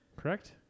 Correct